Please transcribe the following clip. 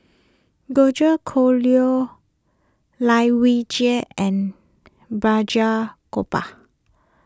George Collyer Lai Weijie and Balraj Gopal